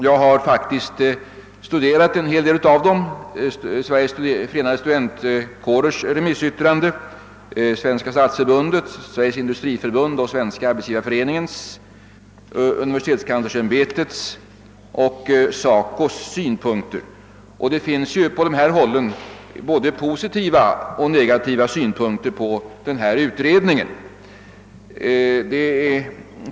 Jag har faktiskt studerat en del av remissvaren, närmare bestämt de som avgivits av Sveriges förenade studentkårer, Svenska stadsförbundet, Sveriges industriförbund, Svenska arbetsgivareföreningen, universitetskanslersämbetet och SACO. Från dessa håll redovisas både positiva och negativa synpunkter på ifrågavarande utredning.